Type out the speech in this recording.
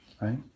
right